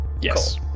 Yes